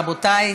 רבותיי.